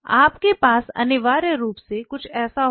आपके पास अनिवार्य रूप से कुछ ऐसा होगा